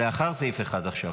לאחר סעיף 1 עכשיו.